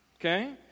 okay